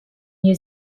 new